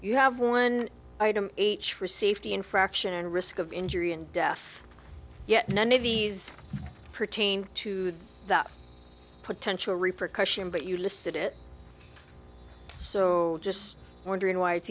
you have one item h for safety infraction and risk of injury and death yet none of these pertain to that potential repercussion but you listed it so just wondering why it's